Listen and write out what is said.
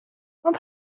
want